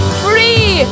free